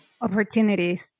opportunities